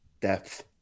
depth